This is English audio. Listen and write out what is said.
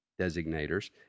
designators